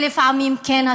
ולפעמים כן,